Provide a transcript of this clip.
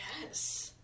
Yes